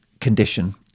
condition